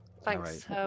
Thanks